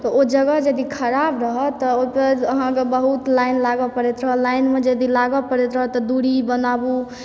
तऽ ओ जगह यदि खराब रहऽ तऽ ओकर अहाँके बहुत लाइन लागै पड़ैत रहै लाइनमे यदि लागै पड़ै रहै तऽ दूरी बनाबू